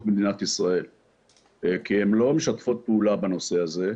מדינת ישראל כי הן לא משתפות פעולה בנושא הזה,